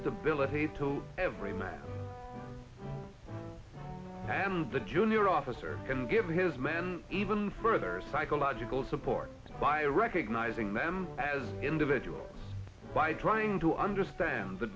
stability to every man and the junior officer can give his man even further psychological support by recognizing them as individuals by trying to understand the